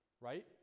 Right